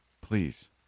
Please